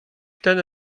ten